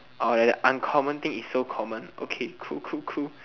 all right uncommon thing is so common okay cool cool cool